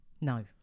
No